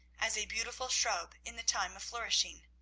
as a beautiful shrub in the time of flourishing.